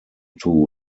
two